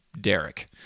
Derek